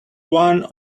one